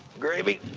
gravy.